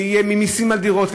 שיהיו ממסים על דירות,